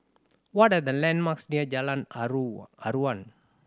what are the landmarks near Jalan Aruan